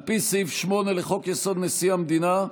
על פי סעיף 8 לחוק-יסוד: נשיא המדינה,